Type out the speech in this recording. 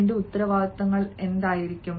എന്റെ ഉത്തരവാദിത്തങ്ങൾ എന്തായിരിക്കും